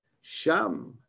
sham